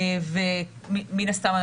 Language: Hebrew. מן הסתם,